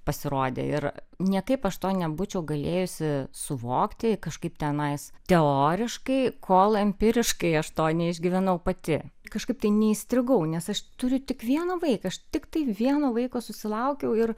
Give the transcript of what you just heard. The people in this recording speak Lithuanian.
pasirodė ir niekaip aš to nebūčiau galėjusi suvokti kažkaip tenais teoriškai kol empiriškai aš to neišgyvenau pati kažkaip tai neįstrigau nes aš turiu tik vieną vaiką aš tiktai vieno vaiko susilaukiau ir